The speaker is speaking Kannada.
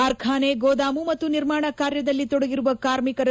ಕಾರ್ಖಾನೆ ಗೋದಾಮು ಮತ್ತು ನಿರ್ಮಾಣ ಕಾರ್ಯದಲ್ಲಿ ತೊಡಗಿರುವ ಕಾರ್ಮಿಕರ